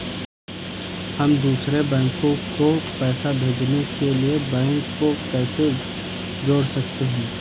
हम दूसरे बैंक को पैसे भेजने के लिए बैंक को कैसे जोड़ सकते हैं?